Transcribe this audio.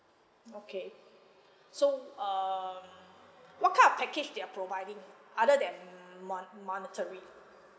okay so um what kind of package they are providing other than mon~ monetary